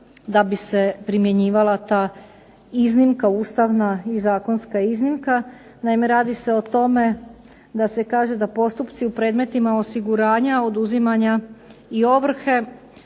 da bi se primjenjivala ta iznimka ustavna i zakonska iznimka. Naime, radi se o tome da se kaže da postupci u predmetima osiguranja, oduzimanja i ovrhe